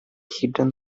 hidden